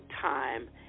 time